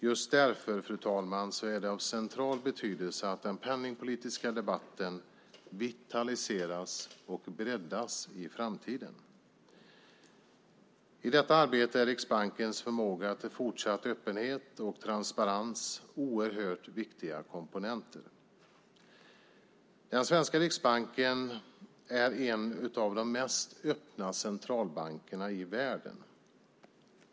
Just därför, fru talman, är det av central betydelse att den penningpolitiska debatten vitaliseras och breddas i framtiden. I detta arbete är Riksbankens förmåga till fortsatt öppenhet och transparens oerhört viktiga komponenter. Den svenska riksbanken är en av de mest öppna centralbankerna i världen.